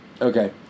Okay